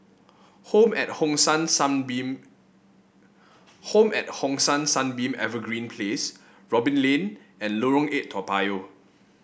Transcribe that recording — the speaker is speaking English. Home at Hong San Sunbeam Home at Hong San Sunbeam Evergreen Place Robin Lane and Lorong Eight Toa Payoh